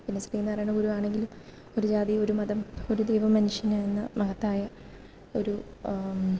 പിന്നെ ശ്രീനാരായണ ഗുരു ആണെങ്കിലും ഒരു ജാതി ഒരു മതം ഒരു ദൈവം മനുഷ്യന് എന്ന മഹത്തായ ഒരു